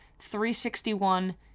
361